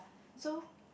so